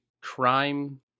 crime